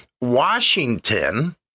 Washington